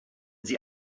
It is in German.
sie